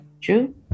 True